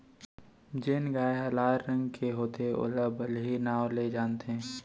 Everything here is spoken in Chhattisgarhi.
जेन गाय ह लाल रंग के होथे ओला बलही नांव ले जानथें